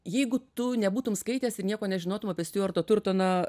jeigu tu nebūtum skaitęs ir nieko nežinotum apie stiuartą turtoną